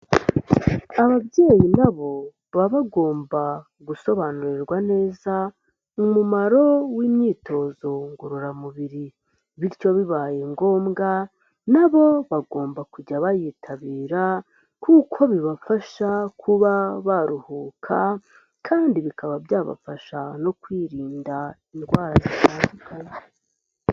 Ababyeyi na bo baba bagomba gusobanurirwa neza umumaro w'imyitozo ngororamubiri. Bityo bibaye ngombwa na bo bagomba kujya bayitabira kuko bibafasha kuba baruhuka kandi bikaba byabafasha no kwirinda indwara zitandukanye.